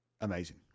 amazing